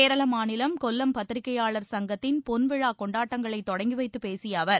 கேரள மாநிலம் கொல்லம் பத்திரிகையாளர் சங்கத்தின் பொன்விழா கொண்டாட்டங்களை தொடங்கி வைத்துப் பேசிய அவர்